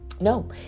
No